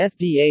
FDA